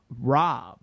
Rob